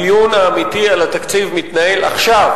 הדיון האמיתי על התקציב מתנהל עכשיו,